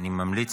היו"ר